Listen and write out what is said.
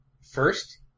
First